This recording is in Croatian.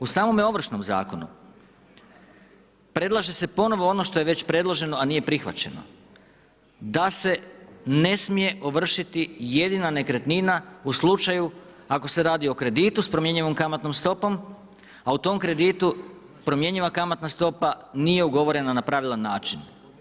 U samome Ovršnom zakonu, predlaže se ponovno ono što je već predloženo a nije prihvaćeno, da se ne smije ovršiti jedina nekretnina, u slučaju, ako se radi o kreditu s promjenjivom kamatnom stopom, a u tom kreditu, promjenjiva kamatna stopa, nije ugovorena na pravilan način.